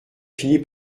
fini